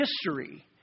history